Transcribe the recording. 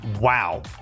Wow